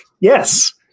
Yes